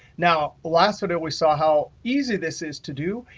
now, last video, we saw how easy this is to do.